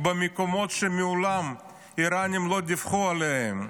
במקומות שהאיראנים מעולם לא דיווחו עליהם.